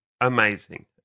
amazing